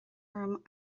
orm